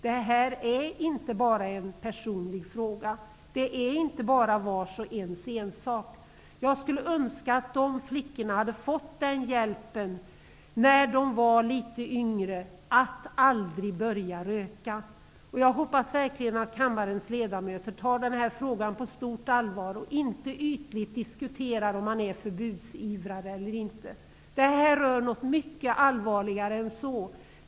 Det här är inte bara en personlig fråga. Det är inte bara vars och ens ensak. Jag skulle önska att de flickorna hade fått den hjälpen när de var litet yngre att aldrig börja röka. Jag hoppas verkligen att kammarens ledamöter tar den här frågan på stort allvar och inte ytligt diskuterar om man är förbudsivrare eller inte. Det här rör något mycket allvarligare än så.